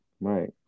right